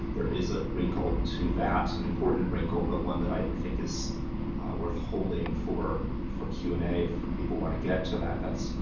there is a wrinkle to that, an important wrinkle, but one that i think is worth holding for for q and a. if people want to get to that, that's,